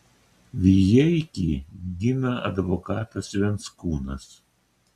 vijeikį gina advokatas venckūnas